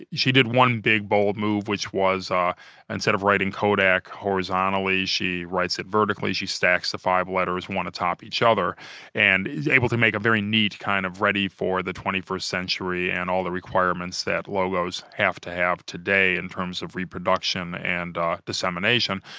she did one big bold move, which was, ah instead of writing kodak horizontally, she writes it vertically. she stacks the five letters one atop each other and is able to make a very neat kind of ready for the twenty first century and all the requirements that logos have to have today in terms of reproduction and dissemination.